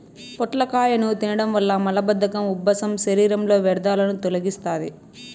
పొట్లకాయను తినడం వల్ల మలబద్ధకం, ఉబ్బసం, శరీరంలో వ్యర్థాలను తొలగిస్తాది